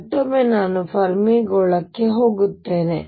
ಮತ್ತೊಮ್ಮೆ ನಾನು ಫೆರ್ಮಿ ಗೋಳಕ್ಕೆ ಹೋಗುತ್ತೇನೆ